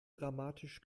dramatisch